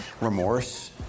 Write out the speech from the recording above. remorse